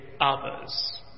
others